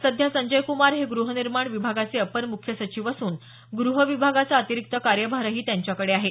सध्या संजय कुमार हे गृहनिर्माण विभागाचे अपर मुख्य सचिव असून गृह विभागाचा अतिरिक्त कार्यभारही त्यांच्याकडे आहे